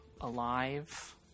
alive